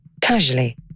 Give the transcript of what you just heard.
casually